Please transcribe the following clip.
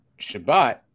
Shabbat